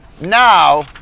Now